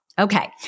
Okay